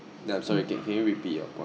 I'm sorry can can you repeat your point